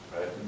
right